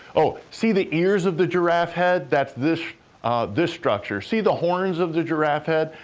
oh, see the ears of the giraffe head? that's this this structure. see the horns of the giraffe head?